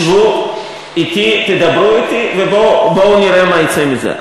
שבו אתי, תדברו אתי ובואו נראה מה יצא מזה.